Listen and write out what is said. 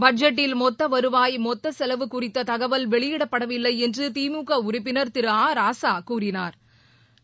பட்ஜெட்டில் மொத்தவருவாய் மொத்தசெலவு குறித்ததகவல் வெளியிடப்படவில்லைஎன்றுதிமுக உறுப்பினர் திரு ஆ ராசாகூறினா்